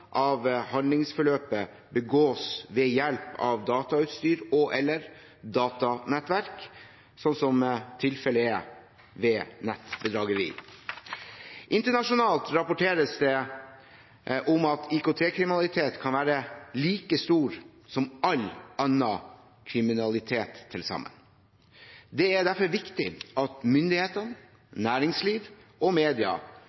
av handlingsforløpet begås ved hjelp av datautstyr og/eller datanettverk, slik tilfellet er ved nettbedrageri. Internasjonalt rapporteres det om at IKT-kriminalitet kan være like stor som all annen kriminalitet til sammen. Det er derfor viktig at